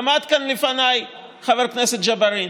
עמד כאן לפניי חבר הכנסת ג'בארין